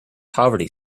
poverty